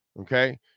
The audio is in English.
Okay